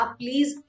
please